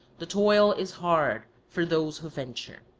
the toil is hard for those who venture.